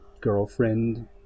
girlfriend